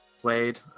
played